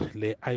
le